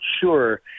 sure